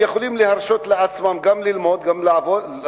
שיכולים להרשות לעצמם לעבוד,